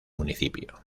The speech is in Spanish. municipio